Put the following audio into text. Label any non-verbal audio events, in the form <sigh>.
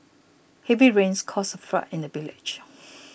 heavy rains caused a flood in the village <noise>